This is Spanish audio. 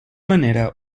manera